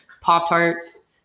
Pop-Tarts